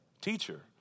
Teacher